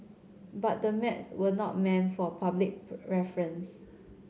but the maps were not meant for public reference